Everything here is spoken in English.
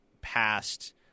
past